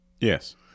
Yes